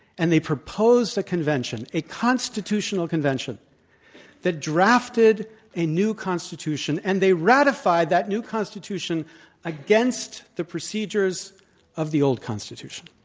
and they proposed a convention a constitutional convention that drafted a new constitution, and they ratified that new constitution against the procedures of the old constitution.